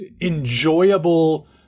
enjoyable